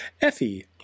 Effie